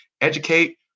Educate